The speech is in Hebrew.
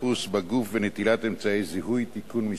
חיפוש בגוף ונטילת אמצעי זיהוי) (תיקון מס'